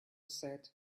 said